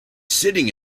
sitting